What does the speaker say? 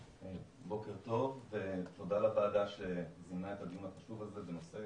בוקר טוב ותודה לוועדה שכינסה את הדיון החשוב הזה בנושא